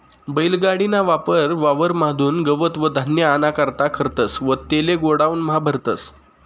बैल गाडी ना वापर वावर म्हादुन गवत व धान्य आना करता करतस व तेले गोडाऊन म्हा भरतस